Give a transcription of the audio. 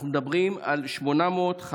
אנחנו מדברים על 853,000